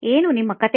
ಏನು ನಿಮ್ಮ ಕಥೆ